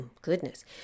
goodness